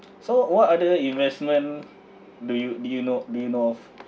so what other investment do you do you know do you know of